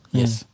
yes